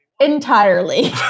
entirely